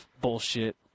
Bullshit